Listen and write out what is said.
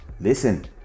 Listen